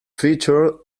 featured